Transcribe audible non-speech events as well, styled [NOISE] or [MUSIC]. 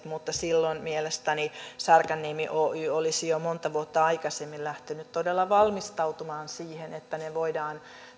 [UNINTELLIGIBLE] mutta silloin mielestäni särkänniemi oy olisi jo monta vuotta aikaisemmin lähtenyt todella valmistautumaan siihen että ne delfiinit voidaan